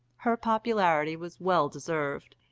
her popularity was well deserved,